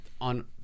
on